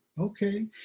okay